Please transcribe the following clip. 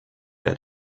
der